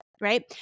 right